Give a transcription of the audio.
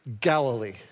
Galilee